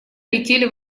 летели